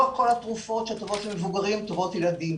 לא כל התרופות שטובות למבוגרים טובות לילדים.